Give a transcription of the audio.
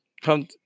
Come